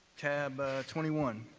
tab twenty one.